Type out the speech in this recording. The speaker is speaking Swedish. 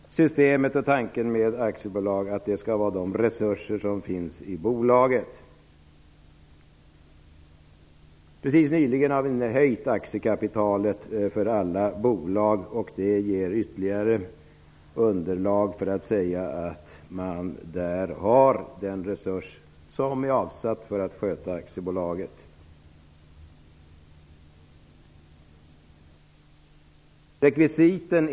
Systemet och tanken med aktiebolag är ju att det skall vara de resurser som finns i bolaget som riskeras. Vi har nyligen höjt aktiekapitalet för alla bolag. Det ger ytterligare underlag för att säga att man där har den resurs som är avsatt för att sköta aktiebolaget.